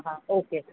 हा ओके